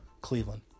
Cleveland